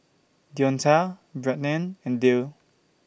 Deonta Brianne and Dale